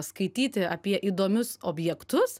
skaityti apie įdomius objektus